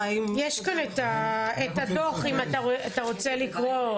האם --- יש כאן את הדו"ח אם אתה רוצה לקרוא,